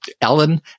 Ellen